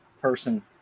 person